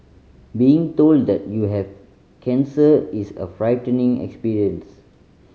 being told that you have cancer is a frightening experience